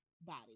body